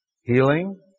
healing